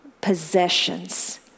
possessions